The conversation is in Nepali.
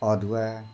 अदुवा